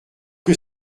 que